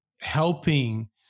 helping